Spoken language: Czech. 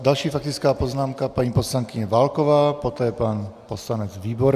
Další faktická poznámka, paní poslankyně Válková, poté pan poslanec Výborný.